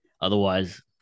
Otherwise